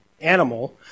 animal